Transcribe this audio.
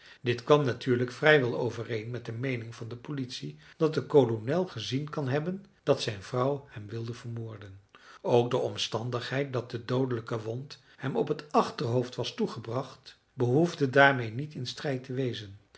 dit kwam natuurlijk vrij wel overeen met de meening van de politie dat de kolonel gezien kan hebben dat zijn vrouw hem wilde vermoorden ook de omstandigheid dat de doodelijke wond hem op het achterhoofd was toegebracht behoefde daarmede niet in strijd te wezen